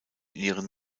ihren